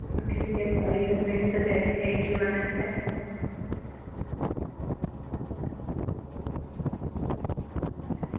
ते किट्ठे होइयै कुसै बेल्लै बी थैंक य़ू आस्तै बस